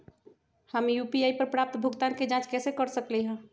हम यू.पी.आई पर प्राप्त भुगतान के जाँच कैसे कर सकली ह?